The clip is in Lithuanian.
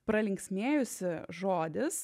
pralinksmėjusi žodis